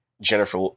Jennifer